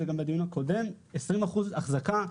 זה גם בדיון הקודם 20 אחוזים אחזקה.